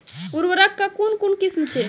उर्वरक कऽ कून कून किस्म छै?